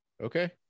Okay